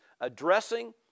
addressing